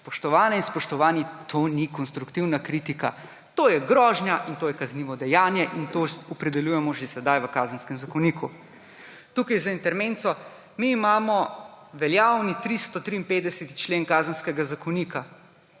Spoštovane in spoštovani, to ni konstruktivna kritika, to je grožnja in to je kaznivo dejanje in to opredeljujemo že sedaj v Kazenskem zakoniku. Za intermezzo. Mi imamo veljavni 353. člen Kazenskega zakonika,